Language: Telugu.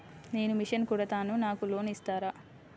నేను మిషన్ కుడతాను నాకు లోన్ ఇస్తారా?